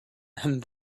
and